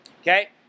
Okay